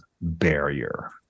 barrier